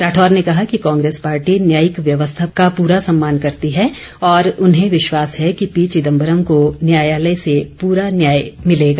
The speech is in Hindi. राठौर ने कहा कि कांग्रेस पार्टी न्यायिक व्यवस्था का पूरा सम्मान करती है और उन्हें विश्वास है कि पी चिदंबरम को न्यायालय से पूरा न्याय मिलेगा